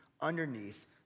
underneath